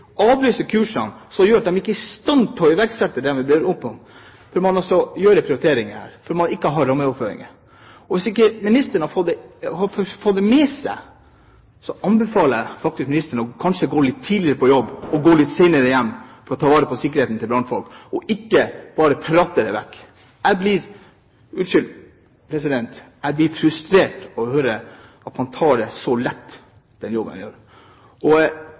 avlyse kursene, noe som gjør at de ikke er i stand til å iverksette det de skal. Man må også gjøre prioriteringer her, for man har ikke rammeoverføringer. Og hvis ikke ministeren har fått det med seg, anbefaler jeg faktisk ministeren kanskje å gå litt tidligere på jobb og litt senere hjem for å ta vare på sikkerheten til brannfolk, og ikke bare prate det vekk. Jeg blir – unnskyld, president – frustrert over å høre at man tar den jobben så lett.